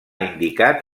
indicat